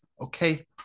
Okay